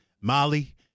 Molly